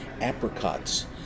apricots